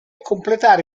completare